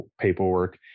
paperwork